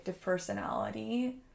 personality